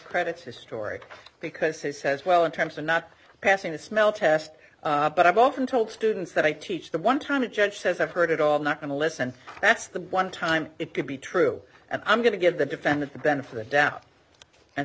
credits historic because he says well in terms of not passing the smell test but i've often told students that i teach the one time a judge says i've heard it all not going to listen that's the one time it could be true and i'm going to give the defendant the benefit of doubt and